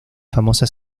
famosa